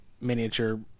miniature